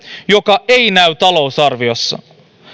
joka ei näy talousarviossa